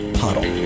puddle